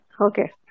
Okay